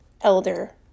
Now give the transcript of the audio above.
elder